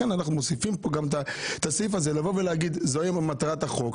לכן אנחנו מוסיפים את הסעיף הזה כדי לומר שזו מטרת החוק,